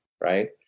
right